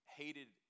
hated